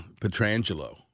Petrangelo